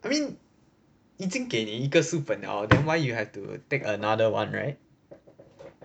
I mean 已经给你一个书本了 hor then why you have to take another one right